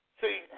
See